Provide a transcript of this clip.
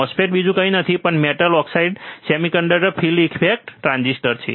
MOSFET બીજું કંઈ નથી પણ metal oxide semiconductor field effect transistor છે